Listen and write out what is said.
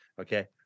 Okay